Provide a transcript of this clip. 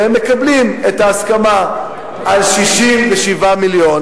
והם מקבלים את ההסכמה על 67 מיליון,